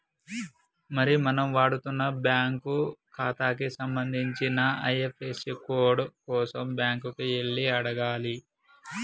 మరి మనం వాడుతున్న బ్యాంకు ఖాతాకి సంబంధించిన ఐ.ఎఫ్.యస్.సి కోడ్ కోసం బ్యాంకు కి వెళ్లి అడగాలి